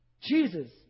Jesus